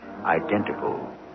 Identical